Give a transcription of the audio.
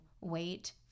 wait